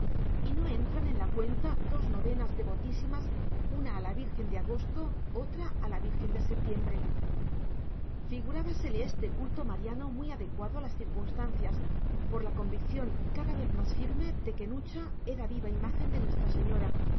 y no entran en la cuenta dos novenas devotísimas una a la virgen de agosto otra a la virgen de septiembre figurábasele este culto mariano muy adecuado a las circunstancias por la convicción cada vez más firme de que nucha era viva imagen de nuestra señora